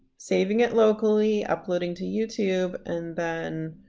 saving it locally, uploading to youtube, and then